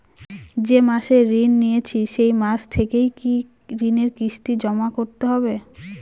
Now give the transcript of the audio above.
যে মাসে ঋণ নিয়েছি সেই মাস থেকেই কি ঋণের কিস্তি জমা করতে হবে?